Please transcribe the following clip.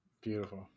Beautiful